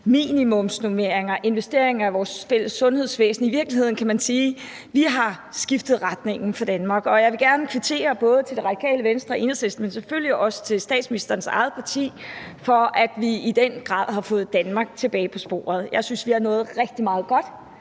minimumsnormeringer og investeringer i vores fælles sundhedsvæsen. I virkeligheden kan man sige, at vi har skiftet retning for Danmark, og jeg vil gerne kvittere både Radikale Venstre og Enhedslisten, men selvfølgelig også statsministerens eget parti for, at vi i den grad har fået Danmark tilbage på sporet. Jeg synes, at vi har nået rigtig meget godt.